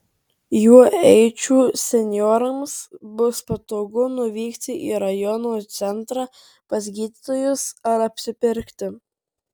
juo eičių senjorams bus patogu nuvykti į rajono centrą pas gydytojus ar apsipirkti